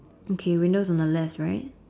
okay windows on the left right